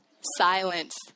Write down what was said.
Silence